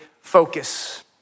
focus